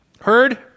heard